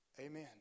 Amen